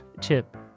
Chip